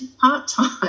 part-time